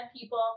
people